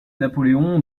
napoléon